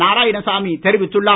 நாராயணசாமி தெரிவித்துள்ளார்